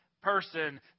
person